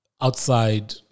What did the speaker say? outside